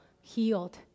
healed